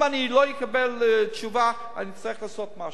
אם אני לא אקבל תשובה אני אצטרך לעשות משהו,